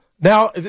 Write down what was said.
Now